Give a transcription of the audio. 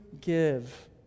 give